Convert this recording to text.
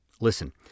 Listen